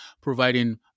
providing